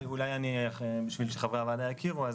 כדי שחברי הוועדה יכירו,